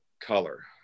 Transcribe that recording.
color